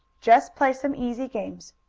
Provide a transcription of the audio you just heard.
just play some easy games.